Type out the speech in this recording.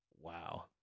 Wow